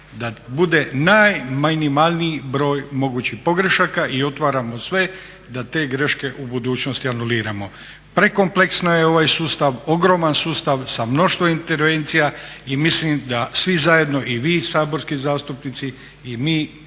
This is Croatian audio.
da bude najminimalniji broj mogućih pogrešaka i otvaramo sve da te greške u budućnosti anuliramo. Prekompleksno je ovaj sustav, ogroman sustav sa mnoštvo intervencija. I mislim da svi zajedno i vi saborski zastupnici i mi